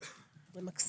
זה מקסים.